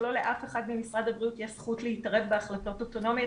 ולא לאף אחד ממשרד הבריאות יש זכות להתערב בהחלטות אוטונומיות,